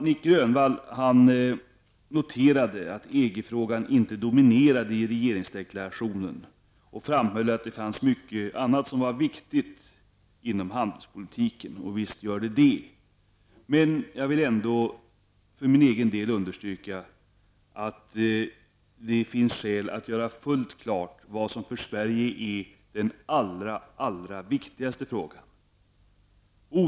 Nic Grönvall noterade att EG-frågan inte dominerade i regeringsdeklarationen. Han framhöll, att det fanns mycket annat som var viktigt inom handelspolitiken -- och visst är det så. Men jag vill ändå för min del understryka, att det finns skäl att göra fullständigt klart vad som för Sverige är den allra viktigaste frågan.